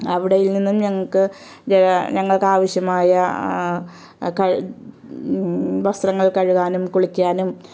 അവിടെ നിന്നും ഞങ്ങൾക്ക് ഞങ്ങൾക്ക് ആവശ്യമായ കൾ വസ്ത്രങ്ങൾ കഴുകാനും കുളിയ്ക്കാനും